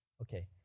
Okay